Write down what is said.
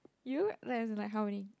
you like as in like how many